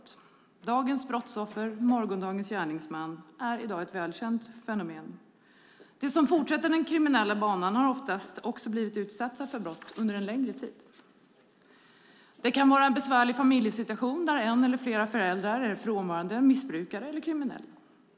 Att dagens brottsoffer är morgondagens gärningsman är i dag ett välkänt fenomen. De som fortsätter den kriminella banan har oftast också blivit utsatta för brott under en längre tid. Det kan vara en besvärlig familjesituation där en eller flera föräldrar är frånvarande, missbrukare eller kriminella.